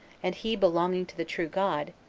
and he belonging to the true god,